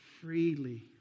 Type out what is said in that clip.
freely